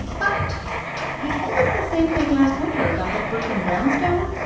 but he told us the same thing last winter about that brooklyn brownstone.